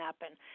happen